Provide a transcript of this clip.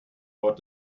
wort